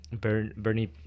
Bernie